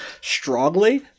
strongly